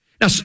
now